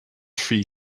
free